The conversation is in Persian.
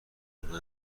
آنها